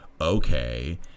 Okay